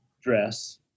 dress